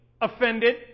offended